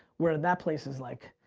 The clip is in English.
where that place is like,